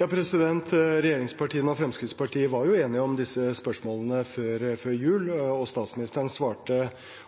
Regjeringspartiene og Fremskrittspartiet var jo enige om disse spørsmålene før jul. Statsministeren svarte også på disse spørsmålene i en spontanspørretime like før jul,